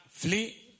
Flee